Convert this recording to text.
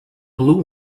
blue